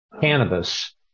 cannabis